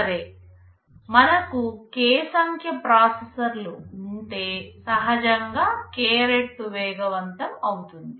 సరే మనకు k సంఖ్య ప్రాసెసర్లు ఉంటే సహజంగా k రెట్లు వేగవంతం అవుతుంది